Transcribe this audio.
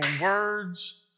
words